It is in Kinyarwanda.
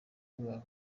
bwa